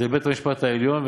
בית-המשפט העליון.